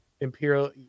imperial